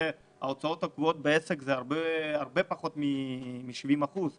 ההוצאות הקבועות בעסק הן הרבה פחות מ-70 אחוזים.